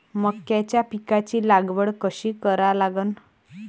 मक्याच्या पिकाची लागवड कशी करा लागन?